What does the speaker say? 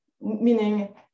meaning